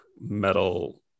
metal